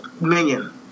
Minion